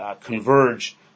converge